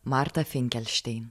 marta finkelštein